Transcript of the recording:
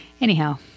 anyhow